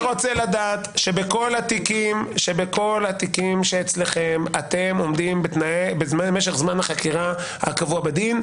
לדעת שבכל התיקים שאצלכם אתם עומדים במשך זמן החקירה הקבוע בדין,